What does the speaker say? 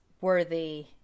worthy